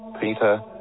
Peter